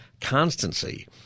Constancy